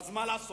אז מה לעשות?